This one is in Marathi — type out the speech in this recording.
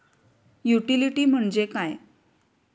युटिलिटी म्हणजे काय?